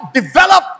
develop